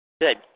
Good